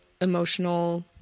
emotional